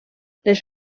les